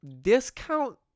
discount